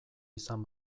izan